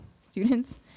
students